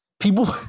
People